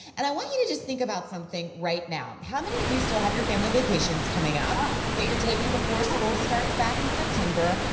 and i want you to think about something right now. how many of you still have your family vacations coming up that you're taking before school starts back in september.